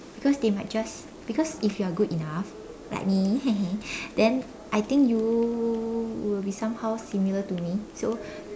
because they might just because if you're good enough like me then I think you will be somehow similar to me so